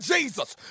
Jesus